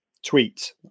tweet